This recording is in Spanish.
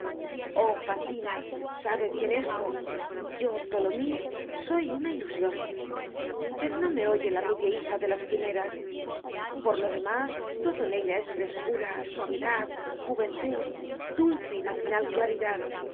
generated at content from google book search generated at ilusion pero no me oye la rubia hija de las quimeras por lo demás todo en ella es frescura suavidad juventud dulce y matinal claridad